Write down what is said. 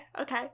Okay